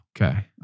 Okay